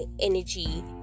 energy